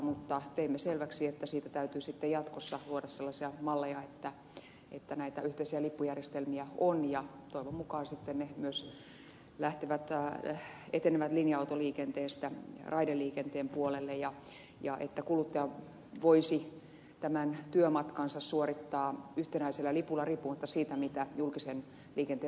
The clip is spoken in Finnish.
mutta teimme selväksi että siitä täytyy sitten jatkossa luoda sellaisia malleja että näitä yhteisiä lippujärjestelmiä on ja toivon mukaan ne sitten myös etenevät linja autoliikenteestä raideliikenteen puolelle ja kuluttaja voisi työmatkansa suorittaa yhtenäisellä lipulla riippumatta siitä mitä julkisen liikenteen välinettä käyttää